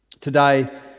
Today